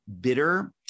bitter